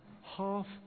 half